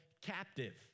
captive